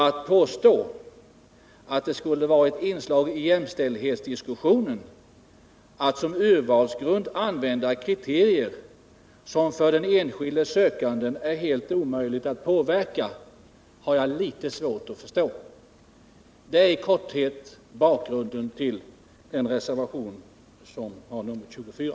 Att påstå att det skulle vara ett inslag i jämställdhetsdiskussionen att som urvalsgrund använda kriterier som för den enskilde sökanden är helt omöjliga att påverka har jag litet svårt att förstå. Det är i korthet bakgrunden till reservationen nr 24.